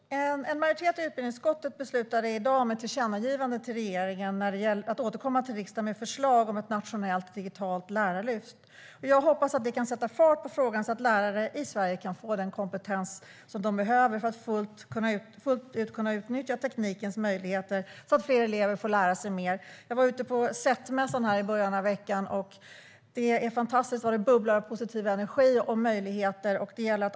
Herr talman! En majoritet i utbildningsutskottet beslutade i dag om ett tillkännagivande till regeringen om att återkomma till riksdagen med ett förslag om ett nationellt digitalt lärarlyft. Jag hoppas att det kan sätta fart på frågan, så att lärare i Sverige kan få den kompetens de behöver för att kunna utnyttja teknikens möjligheter fullt ut och så att fler elever får lära sig mer. Jag var ute på SETT-mässan i början av veckan. Det är fantastiskt vad det bubblar av positiv energi och möjligheter.